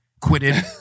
quitted